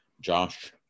Josh